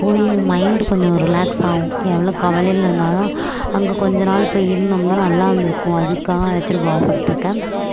போய் மைண்டு கொஞ்சம் ரிலேக்ஸ் ஆகும் எவ்வளோ கவலையில் இருந்தாலும் அங்கே கொஞ்ச நாள் போய் இருந்தோம்னால் நல்லா வந்து இருக்கும் அதுக்காக அழைச்சிட்டு போக ஆசைப்பட்ருக்கேன்